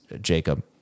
Jacob